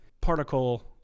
particle